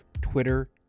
Twitter